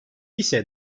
ise